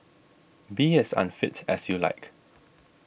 be as unfit as you like